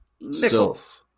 Nichols